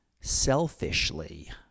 selfishly